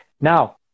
Now